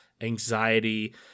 anxiety